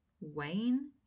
Wayne